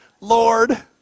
Lord